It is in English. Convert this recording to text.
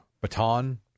baton